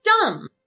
dumb